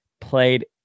played